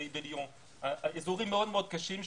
אזורים מאוד קשים.